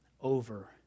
over